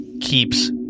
keeps